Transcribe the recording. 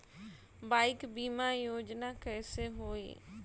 Bike बीमा योजना कैसे होई?